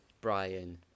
Brian